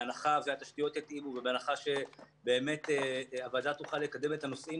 בהנחה והתשתיות יתאימו ובהנחה שבאמת הוועדה תוכל לקדם את הנושאים